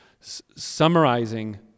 summarizing